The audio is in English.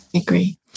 agree